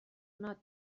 لیموناد